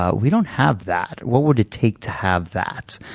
ah we don't have that. what would it take to have that?